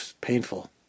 painful